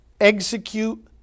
Execute